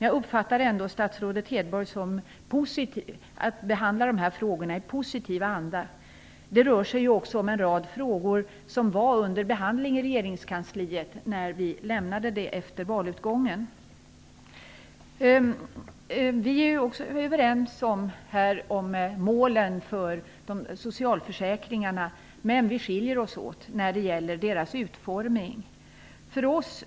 Jag uppfattade det ändå så att statsrådet Hedborg behandlade dessa frågor i positiv anda. Det gäller bl.a. en rad frågor som var under behandling i regeringskansliet när vi lämnade detta efter valet. Vi är också överens om målen för socialförsäkringarna, men vi skiljer oss åt när det gäller utformningen av dessa.